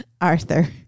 Arthur